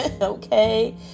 okay